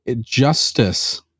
justice